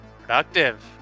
productive